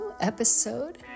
episode